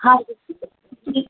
ਹਾਂਜੀ